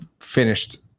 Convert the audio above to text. finished